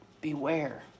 Beware